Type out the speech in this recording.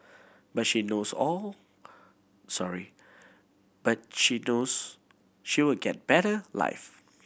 but she knows all sorry but she knows she will get better life